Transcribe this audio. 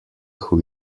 who